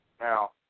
Now